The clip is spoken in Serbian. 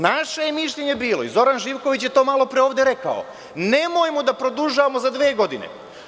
Naše je mišljenje bilo i Zoran Živković je to malopre rekao, nemojmo da produžavamo za dve godine.